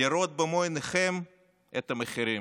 לראות במו עיניכם את המחירים.